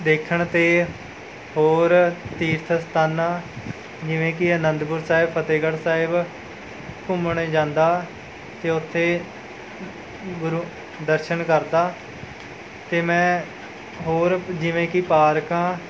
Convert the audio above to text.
ਦੇਖਣ ਅਤੇ ਹੋਰ ਤੀਰਥ ਅਸਥਾਨਾਂ ਜਿਵੇਂ ਕਿ ਅਨੰਦਪੁਰ ਸਾਹਿਬ ਫਤਿਹਗੜ੍ਹ ਸਾਹਿਬ ਘੁੰਮਣ ਜਾਂਦਾ ਅਤੇ ਉੱਥੇ ਗੁਰੂ ਦਰਸ਼ਨ ਕਰਦਾ ਅਤੇ ਮੈਂ ਹੋਰ ਜਿਵੇਂ ਕਿ ਪਾਰਕਾਂ